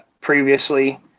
previously